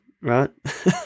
right